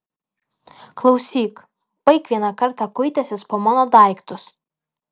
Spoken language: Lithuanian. klausyk baik vieną kartą kuitęsis po mano daiktus